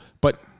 But-